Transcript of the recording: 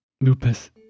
Lupus